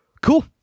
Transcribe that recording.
Cool